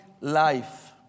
life